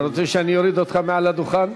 אתה רוצה שאני אוריד אותך מעל הדוכן?